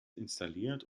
installiert